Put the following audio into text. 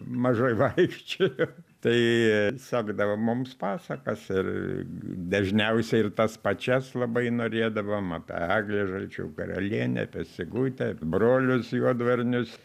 mažai vaikščiojo tai sekdavo mums pasakas ir dažniausiai ir tas pačias labai norėdavom apie eglę žalčių karalienę apie sigutę brolius juodvarnius